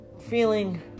feeling